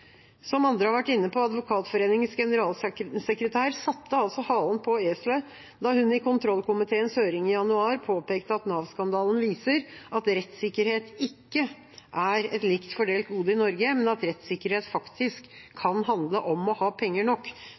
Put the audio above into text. Som andre har vært inne på: Advokatforeningens generalsekretær satte halen på eselet da hun i kontrollkomiteens høring i januar påpekte at Nav-skandalen viser at rettssikkerhet ikke er et likt fordelt gode i Norge, men at rettssikkerhet faktisk kan handle om å ha nok penger